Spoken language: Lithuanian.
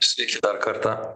sveiki dar kartą